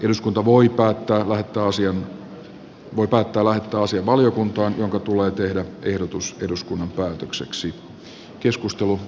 eduskunta voi päättää lähettää asian valiokuntaan jonka tulee tehdä ehdotus eduskunnan päätökseksi